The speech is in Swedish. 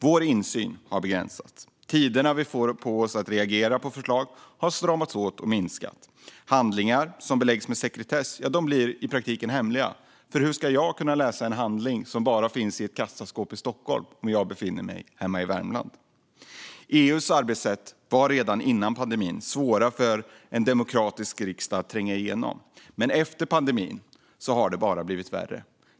Vår insyn har begränsats. Den tid vi får på oss att reagera på förslag har stramats åt och minskats. Handlingar som beläggs med sekretess blir i praktiken hemliga, för hur ska jag kunna läsa en handling som bara finns i ett kassaskåp i Stockholm när jag befinner mig hemma i Värmland? EU:s arbetssätt var redan innan pandemin svåra för en demokratisk riksdag att tränga igenom, men i och med pandemin har det bara blivit värre.